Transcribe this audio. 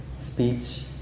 speech